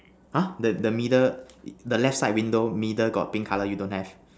!huh! the the middle the left side window middle got pink color you don't have